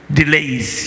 delays